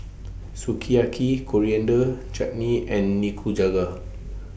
Sukiyaki Coriander Chutney and Nikujaga